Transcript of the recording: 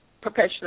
professional